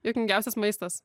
juokingiausias maistas